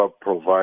provide